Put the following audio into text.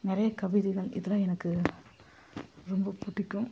நிறைய கவிதைகள் இதலாம் எனக்கு ரொம்ப பிடிக்கும்